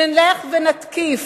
נלך ונתקיף.